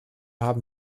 haben